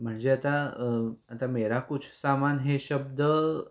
म्हणजे आता आता मेरा कुछ सामान हे शब्द